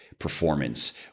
performance